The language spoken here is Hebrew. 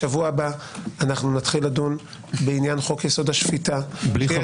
בשבוע הבא נתחיל לדון בעניין חוק יסוד השפיטה -- בלי